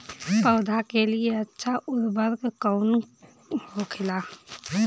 पौधा के लिए अच्छा उर्वरक कउन होखेला?